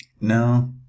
No